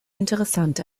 interessant